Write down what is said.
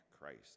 Christ